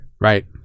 Right